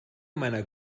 meiner